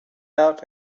out